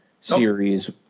series